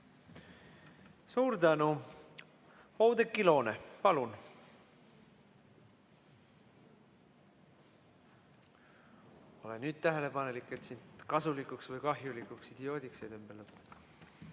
Suur tänu! Oudekki Loone, palun! Ole nüüd tähelepanelik, et sind kasulikuks või kahjulikuks idioodiks ei tembeldataks.